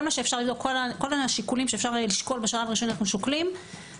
כל השיקולים שאפשר לשקול אנחנו שוקלים בשלב הראשון.